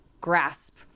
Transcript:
grasp